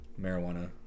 marijuana